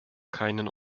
keinen